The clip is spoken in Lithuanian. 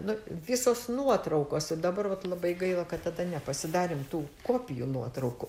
nu visos nuotraukos dabar vat labai gaila kad tada nepasidarėm tų kopijų nuotraukų